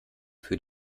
für